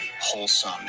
Wholesome